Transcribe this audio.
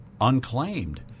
unclaimed